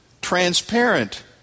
transparent